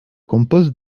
compose